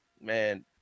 man